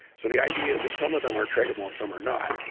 so the idea is that some of them are tradable and some are not,